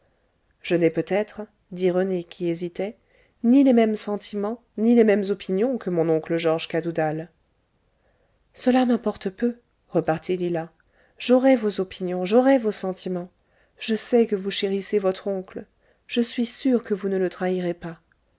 je n'ai peut-être dit rené qui hésitait ni les mêmes sentiments ni les mêmes opinions que mon oncle georges cadoudal cela m'importe peu repartit lila j'aurai vos opinions j'aurai vos sentiments je sais que vous chérissez votre oncle je suis sûre que vous ne le trahirez pas